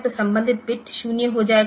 तो संबंधित बिट 0 हो जाएगा